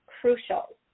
crucial